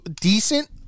decent